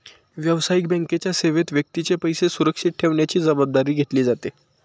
व्यावसायिक बँकेच्या सेवेत व्यक्तीचे पैसे सुरक्षित ठेवण्याची जबाबदारी घेतली जाते